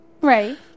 right